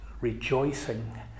rejoicing